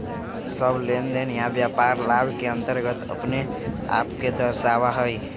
सब लेनदेन या व्यापार लाभ के अन्तर्गत अपने आप के दर्शावा हई